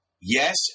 Yes